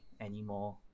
anymore